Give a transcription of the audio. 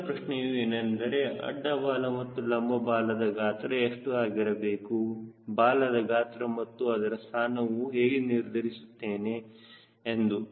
ಮುಂದಿನ ಪ್ರಶ್ನೆಯೂ ಏನೆಂದರೆ ಅಡ್ಡ ಬಾಲ ಹಾಗೂ ಲಂಬ ಬಾಲದ ಗಾತ್ರ ಎಷ್ಟು ಆಗಿರಬೇಕು ಬಾಲದ ಗಾತ್ರ ಮತ್ತು ಅದರ ಸ್ಥಾನವನ್ನು ಹೇಗೆ ನಿರ್ಧರಿಸುತ್ತೇನೆ ಎಂದು